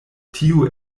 tio